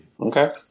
Okay